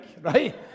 right